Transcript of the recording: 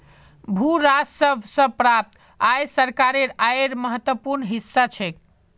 भू राजस्व स प्राप्त आय सरकारेर आयेर महत्वपूर्ण हिस्सा छेक